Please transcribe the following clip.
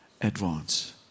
Advance